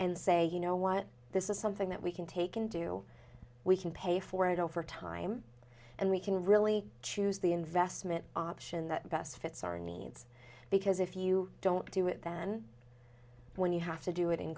and say you know what this is something that we can take and do we can pay for it over time and we can really choose the investment option that best fits our needs because if you don't do it then when you have to do it in